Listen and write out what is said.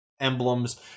emblems